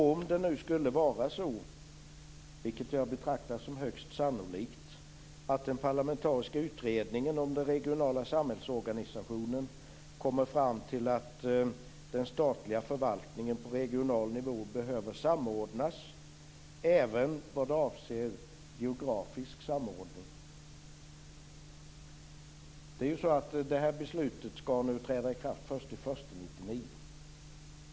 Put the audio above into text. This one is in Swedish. Jag betraktar det som högst sannolikt att den parlamentariska utredningen om den regionala samhällsorganisationen kommer fram till att den statliga förvaltningen på regional nivå behöver samordnas, även vad avser geografisk samordning. Detta beslut skall träda i kraft den 1 januari 1999.